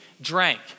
drank